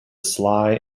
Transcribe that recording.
sly